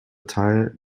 teil